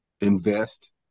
invest